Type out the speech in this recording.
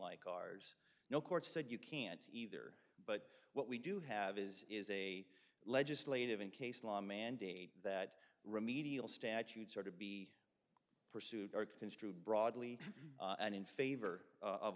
like ours no court said you can't either but what we do have is is a legislative in case law mandates that remedial statute sort of pursuit or construed broadly and in favor of